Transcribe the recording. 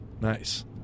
nice